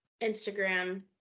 Instagram